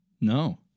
No